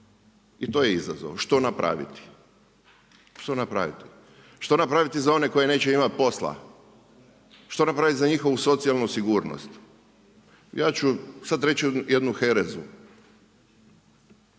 što napraviti. Što napraviti? Što napraviti za one koji neće imati posla? Što napraviti za njihovu socijalnu sigurnost? Ja ću sad reći jednu herezu?